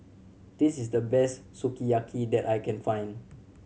this is the best Sukiyaki that I can find